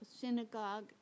Synagogue